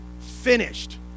finished